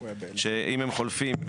שאם הם חולפים,